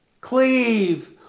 cleave